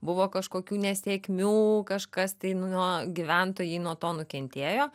buvo kažkokių nesėkmių kažkas tai nuo gyventojai nuo to nukentėjo